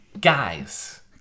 Guys